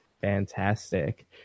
Fantastic